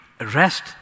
rest